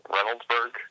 Reynoldsburg